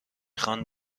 خوان